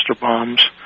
bombs